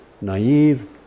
naive